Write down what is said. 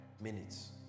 minutes